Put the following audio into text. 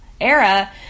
era